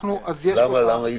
למה?